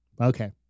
Okay